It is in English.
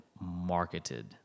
marketed